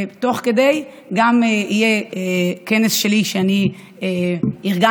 ותוך כדי גם יהיה כנס שלי, שארגנתי,